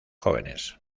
jóvenes